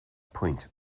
pwynt